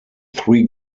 three